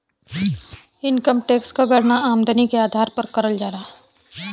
income tax क गणना आमदनी के आधार पर करल जाला